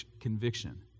conviction